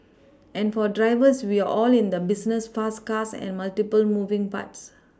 and for drivers we are all in the business fast cars and multiple moving parts